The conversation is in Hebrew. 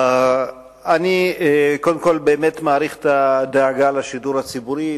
אני באמת מעריך את הדאגה לשידור הציבורי,